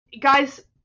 Guys